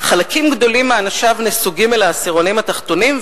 חלקים גדולים מאנשיו נסוגים אל העשירונים התחתונים,